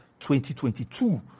2022